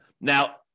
Now